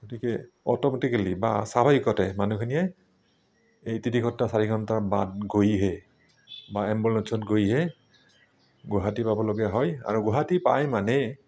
গতিকে অটোমেটিকেলি বা স্বাভাৱিকতে মানুহখিনিয়ে এই তিনিঘণ্টা চাৰিঘণ্টাৰ বাট গৈহে বা এম্বুলেঞ্চত গৈহে গুৱাহাটী পাবলগীয়া হয় আৰু গুৱাহাটী পায় মানে